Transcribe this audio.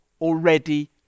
already